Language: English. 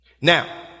Now